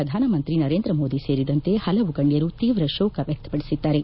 ಪ್ರಧಾನಮಂತ್ರಿ ನರೇಂದ್ರ ಮೋದಿ ಸೇರಿದಂತೆ ಹಲವು ಗಣ್ಣರು ತೀವ್ರ ಶೋಕ ವ್ಯಕ್ತಪಡಿಸಿದ್ದಾರೆ